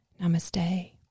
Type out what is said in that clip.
namaste